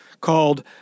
called